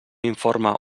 informe